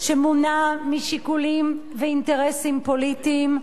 שמונע משיקולים ומאינטרסים פוליטיים,